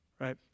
right